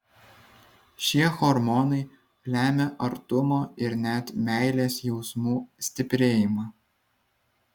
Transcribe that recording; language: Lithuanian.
šie hormonai lemia artumo ir net meilės jausmų stiprėjimą